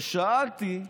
ושאלתי,